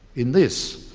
in this,